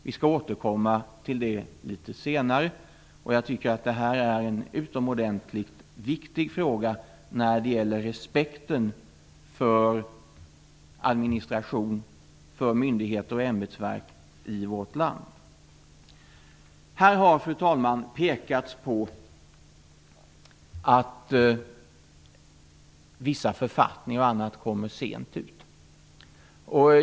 Vi skall återkomma till det litet senare. Jag tycker att det här är en utomordentligt viktig fråga när det gäller respekten för administration, myndigheter och ämbetsverk i vårt land. Här har, fru talman, pekats på att vissa författningar och annat kommer ut sent.